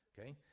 okay